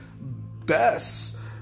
best